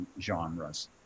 genres